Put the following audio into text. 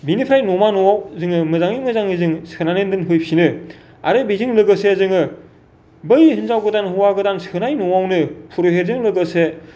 बिनिफ्राय न'मा न'आव जोङो मोजाङै मोजां जों सोनानै दोनफैफिनो आरो बेजों लोगोसे जोङो बै हिनजाव गोदान हौआ गोदान सोनाय न'आवनो पुर'हितजों लोगोसे